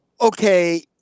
okay